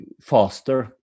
faster